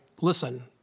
listen